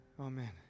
Amen